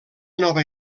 nova